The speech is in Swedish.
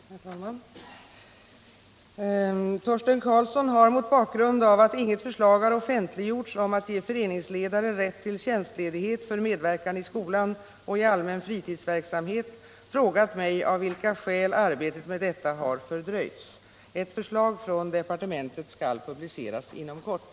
Herr talman! Torsten Karlsson har mot bakgrund av att inget förslag har offentliggjorts om att ge föreningsledare rätt till tjänstledighet för medverkan i skolan och i allmän fritidsverksamhet frågat mig av vilka skäl arbetet med detta har fördröjts. Ett förslag från departementet skall publiceras inom kort.